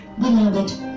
Beloved